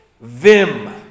Vim